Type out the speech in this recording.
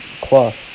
cloth